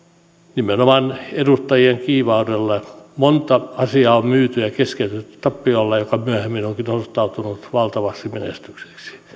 nimenomaan edustajien kiivaudella monta asiaa on myyty ja keskeytetty tappiolla joka myöhemmin on osoittautunut valtavaksi menestykseksi